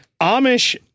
amish